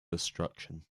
destruction